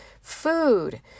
Food